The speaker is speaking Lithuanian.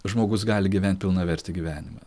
žmogus gali gyvent pilnavertį gyvenimą